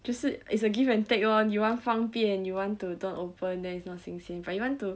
就是 it's a give and take lor you want 方便 you want to don't open then there is no 新鲜感 but you want to